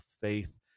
faith